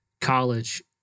college